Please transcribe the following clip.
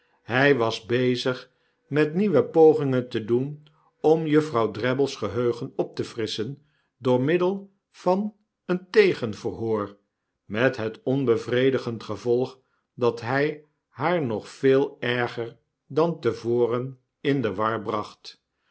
hij was bezig met nieuwe pogingen te doen om juffrouw brabble's geheugen op te frisscwn door middel van een tegenverhoor met het onbevredigend gevolg dat hij haar nog veel erger dan te voren in de war bracht